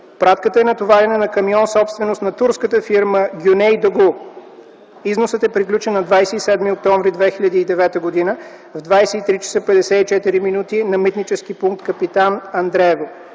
Пратката е натоварена на камион, собственост на турската фирма „GUNEYDOGU”. Износът е приключен на 27 октомври 2009 г. в 23,54 ч. на митнически пункт Капитан Андреево.